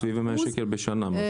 כ-100 שקל בשנה.